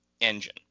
engine